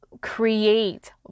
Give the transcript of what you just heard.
create